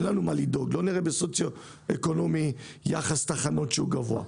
ולא נראה יחס תחנות גבוה באשכול גבוה.